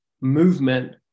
movement